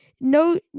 No